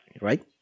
right